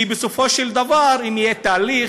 כי בסופו של דבר אם יהיה תהליך,